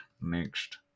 next